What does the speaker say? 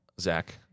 zach